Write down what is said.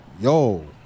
yo